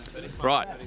Right